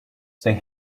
they